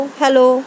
hello